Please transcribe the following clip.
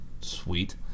Sweet